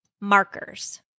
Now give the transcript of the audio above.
markers